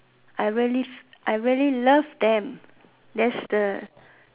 I really I really love them that's the